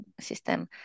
system